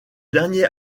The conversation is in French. dernier